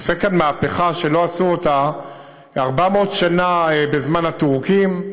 עושה כאן מהפכה שלא עשו אותה 400 שנה בזמן הטורקים,